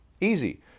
easy